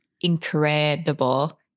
incredible